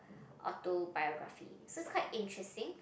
autobiography so is quite interesting